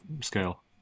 scale